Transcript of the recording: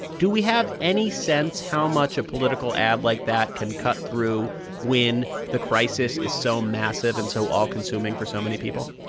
do we have any sense how much a political ad like that can cut through when the crisis is so massive and so all-consuming for so many people?